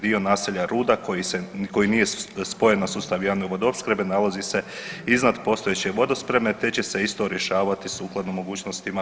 Dio naselja Ruda koji se, koji nije spojen na sustav javne vodoopskrbe nalazi se iznad postojeće vodospreme te će se isto rješavati sukladno mogućnostima.